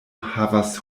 havas